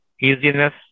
easiness